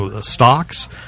stocks